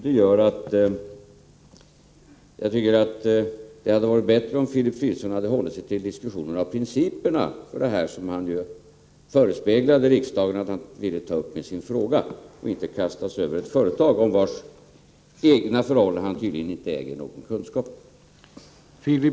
Det gör att jag tycker att det hade varit bättre om Filip Fridolfsson hade hållit sig till diskussionen om principerna för detta — som han förespeglade riksdagen att han ville ta upp med sin fråga — och inte kastade sig över ett företag om vars egna förhållanden han tydligen inte äger någon kunskap.